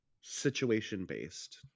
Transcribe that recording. Situation-based